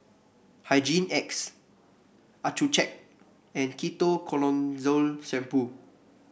Hygin X Accucheck and Ketoconazole Shampoo